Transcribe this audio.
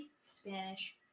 Spanish